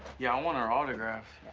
yeah, i want her autograph.